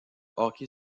hockey